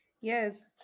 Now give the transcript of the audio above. Yes